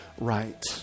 Right